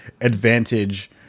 advantage